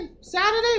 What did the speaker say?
Saturday